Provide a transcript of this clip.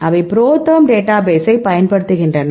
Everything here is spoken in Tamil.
அவை ProTherm டேட்டாபேசை பயன்படுத்துகின்றன